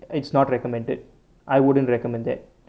it's not recommended I wouldn't recommend that